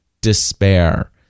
despair